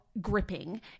gripping